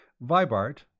Vibart